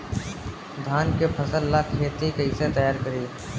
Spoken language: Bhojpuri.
धान के फ़सल ला खेती कइसे तैयार करी?